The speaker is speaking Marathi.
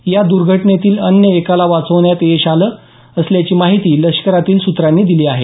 या दूर्घटनेतील अन्य एकाला वाचवण्यात यश आलं असल्याची माहिती लष्करातील सुत्रांनी दिली आहे